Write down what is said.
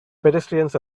pedestrians